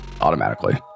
automatically